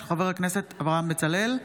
של חבר הכנסת אברהם בצלאל,